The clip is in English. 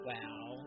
Wow